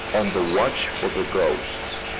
on the watch for the ghost.